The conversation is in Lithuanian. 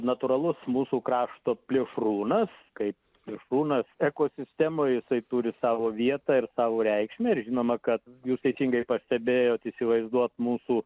natūralus mūsų krašto plėšrūnas kaip plėšrūnas ekosistemoj jisai turi savo vietą ir savo reikšmę ir žinoma kad jūs teisingai pastebėjot įsivaizduot mūsų